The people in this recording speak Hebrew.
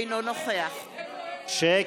אינו נוכח איפה,